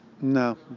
No